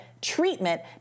treatment